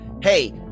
hey